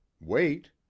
wait